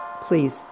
Please